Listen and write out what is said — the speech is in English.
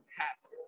happy